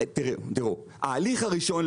ההליך הראשון,